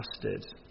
trusted